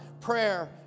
prayer